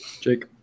Jake